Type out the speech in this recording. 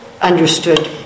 understood